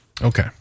Okay